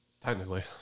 technically